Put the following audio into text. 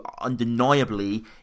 undeniably